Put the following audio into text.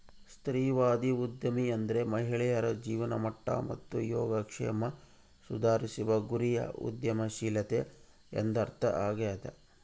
ಸ್ತ್ರೀವಾದಿ ಉದ್ಯಮಿ ಅಂದ್ರೆ ಮಹಿಳೆಯರ ಜೀವನಮಟ್ಟ ಮತ್ತು ಯೋಗಕ್ಷೇಮ ಸುಧಾರಿಸುವ ಗುರಿಯ ಉದ್ಯಮಶೀಲತೆ ಎಂದರ್ಥ ಆಗ್ಯಾದ